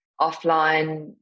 offline